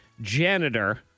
janitor